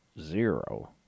zero